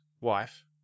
wife